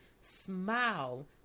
Smile